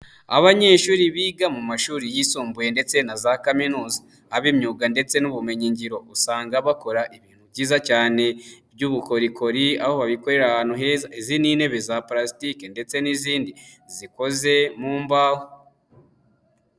Abanyeshuri biga mu mashuri yisumbuye ndetse na za kaminuza, ab'imyuga ndetse n'ubumenyingiro usanga bakora ibintu byiza cyane by'ubukorikori, aho babikorera ahantu heza. Izi ni nitebe za pulastike ndetse n'izindi zikoze mu mbaho.